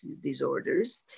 disorders